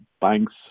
banks